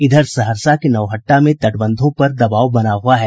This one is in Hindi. इधर सहरसा के नवहट्टा में तटबंधों पर दबाव बना हुआ है